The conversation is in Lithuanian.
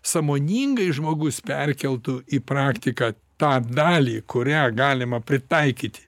sąmoningai žmogus perkeltų į praktiką tą dalį kurią galima pritaikyti